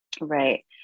Right